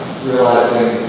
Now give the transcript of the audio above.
realizing